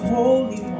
holy